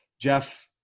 Jeff